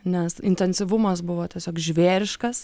nes intensyvumas buvo tiesiog žvėriškas